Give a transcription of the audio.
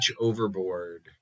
Overboard